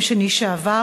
ביום שני שעבר,